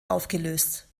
aufgelöst